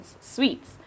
sweets